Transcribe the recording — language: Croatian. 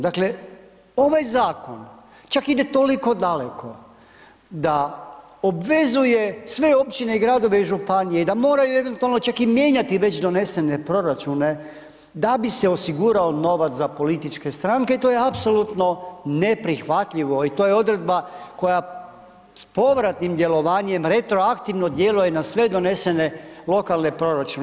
Dakle, ovaj Zakon čak ide toliko daleko da obvezuje sve Općine i Gradove, i Županije da moraju eventualno čak i mijenjati već donesene proračune da bi se osigurao novac za političke stranke, i to je apsolutno neprihvatljivo, i to je odredba koja s povratnim djelovanjem, retroaktivno djeluje na sve donesene lokalne proračune.